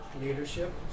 Leadership